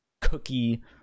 cookie